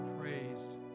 praised